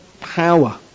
power